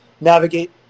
navigate